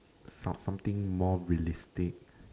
some something more realistic